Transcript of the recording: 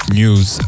news